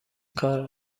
کار